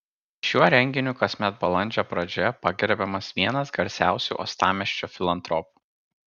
šiuo renginiu kasmet balandžio pradžioje pagerbiamas vienas garsiausių uostamiesčio filantropų